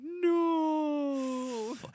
no